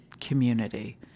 community